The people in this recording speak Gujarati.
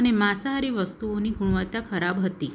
અને માંસાહારી વસ્તુઓની ગુણવત્તા ખરાબ હતી